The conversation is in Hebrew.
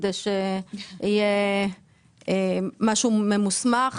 כדי שיהיה משהו ממוסמך.